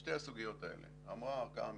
ובשתי הסוגיות האלה אמרה הערכאה המשפטית,